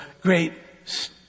great